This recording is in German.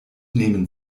nehmen